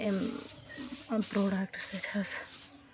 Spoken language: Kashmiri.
اَمہِ اَمہِ پرٛوٚڈَکٹ سۭتۍ حظ